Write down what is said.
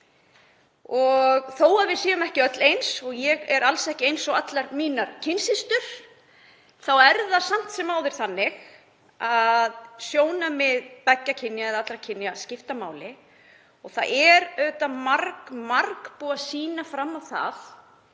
Og þó að við séum ekki öll eins, og ég er alls ekki eins og allar mínar kynsystur, þá er það samt sem áður þannig að sjónarmið beggja kynja eða allra kynja skipta máli. Það er auðvitað margbúið að sýna fram á það